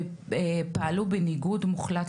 ופעלו בניגוד מוחלט